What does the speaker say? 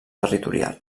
territorial